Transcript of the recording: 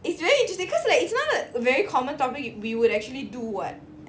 it's very interesting because like it's not a very common topic we would actually do [what]